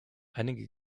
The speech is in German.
einige